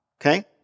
okay